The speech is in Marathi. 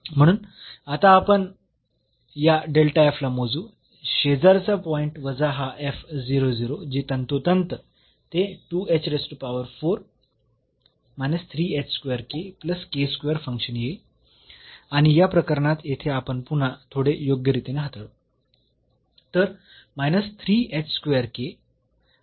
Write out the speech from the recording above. म्हणून आता आपण या ला मोजू शेजारचा पॉईंट वजा हा जे तंतोतंत ते फंक्शन येईल आणि या प्रकरणात येथे आपण पुन्हा थोडे योग्य रीतीने हाताळू